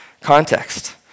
context